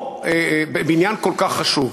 בעניין כל כך חשוב.